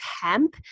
hemp